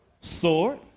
sword